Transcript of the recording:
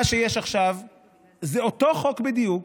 מה שיש עכשיו זה אותו חוק בדיוק,